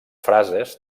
frases